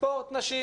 ספורט נשים.